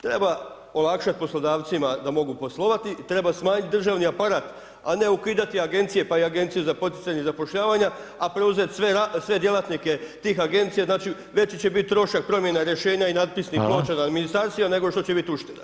Treba olakšati poslodavcima da mogu poslovati, treba smanjiti državni aparat, a ne ukidati Agencije, pa i Agenciju za poticanje zapošljavanja, a preuzeti sve djelatnike tih Agencija, znači, veći će biti trošak promjena rješenja i natpisnih ploča [[Upadica: Hvala]] na Ministarstvima, nego što će biti ušteda.